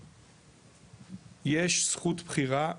יש זכות בחירה,